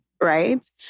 right